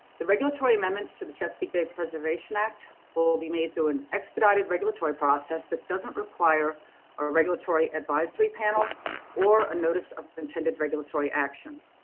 the regulatory amendments to the chesapeake bay preservation act will be made through an expedited regulatory process that doesn't require a regulatory advisory panel or a notice of intended regulatory action.